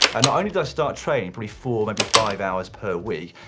and not only did i start training, probably four, maybe five hours per week,